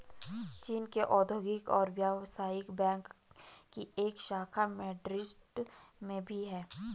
चीन के औद्योगिक और व्यवसायिक बैंक की एक शाखा मैड्रिड में भी है